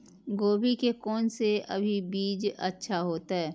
गोभी के कोन से अभी बीज अच्छा होते?